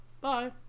Bye